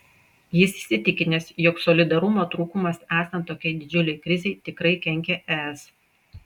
jis įsitikinęs jog solidarumo trūkumas esant tokiai didžiulei krizei tikrai kenkia es